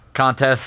contest